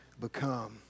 become